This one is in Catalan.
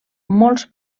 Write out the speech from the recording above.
molts